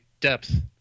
depth